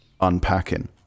unpacking